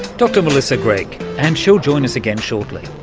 dr melissa gregg, and she'll join us again shortly.